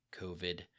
COVID